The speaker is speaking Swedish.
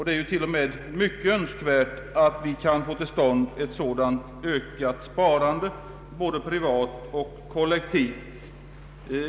Det är t.o.m. mycket önskvärt att vi kan få till stånd ett sådant ökat sparande, både privat och kollektivt.